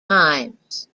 times